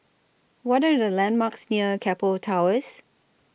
What Are The landmarks near Keppel Towers